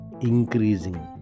increasing